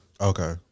Okay